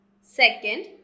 Second